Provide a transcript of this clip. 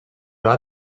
are